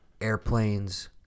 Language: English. airplanes